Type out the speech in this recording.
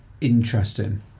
interesting